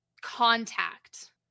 contact